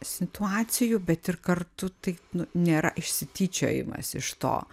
situacijų bet ir kartu tai nu nėra išsityčiojimas iš to